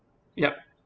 yup